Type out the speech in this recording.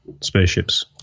spaceships